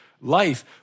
life